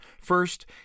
First